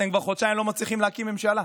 אתם כבר חודשיים לא מצליחים להקים ממשלה.